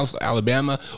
Alabama